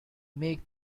make